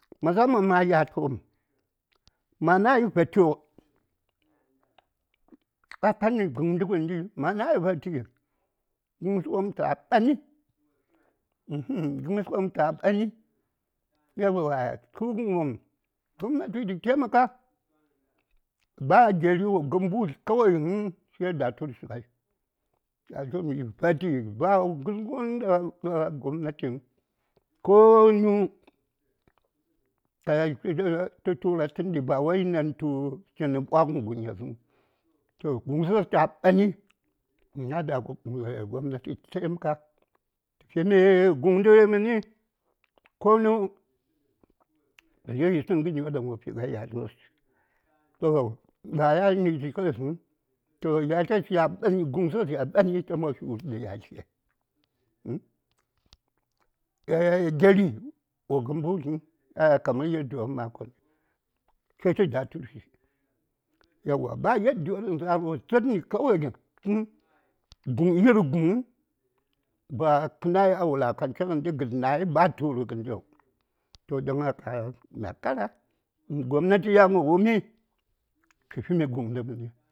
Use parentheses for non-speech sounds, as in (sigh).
﻿Masaman ma yatl wopm ma nayi vatio a padni guŋdə gənma nayi vati guŋsə wopm ta ɓani yauwa guŋsə wopn ta riga tə ɓani yauwa suŋən wopm gobnati tə taimaka ba gyeri wo gəm mbu: kawai həŋ sai da:turshi ŋai yatlən mi vati ba ŋərwon ɗaŋ ya (hesitation) gobnatiŋ ko nu ka yel tə tura tən ɗi ba wai yi ɗantu chinə ɓwaŋən guŋyesəŋ toh guŋsə ta ɓani ina da gobnatitə taimaka tə fimi guŋdui məni konu wo ləŋ ŋərwon ɗaŋ wosəŋ fi a yatl wos toh bayan yi chiŋəyi həŋ ta guŋsas ya ɓani ta ma fi wur ɗa yatles (hesitation) gyeri wo gəm mbutləŋ kamar yadiyoɗaŋ ma kon sai tə da:turshi yauwa ba yadiyodaŋ za:r wo tsənni kawai guŋ yir guŋəŋ ba kə nayi a walakanche ŋəndi gəd nayi ba tu:r ŋən diyo don haka mya kara uhm gobnati yan wo wummi tə fimi guŋdə məni.